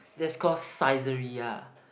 that's call Saizeriya